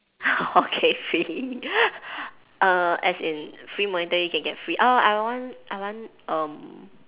okay free err as in free monetary you can get free oh I want I want um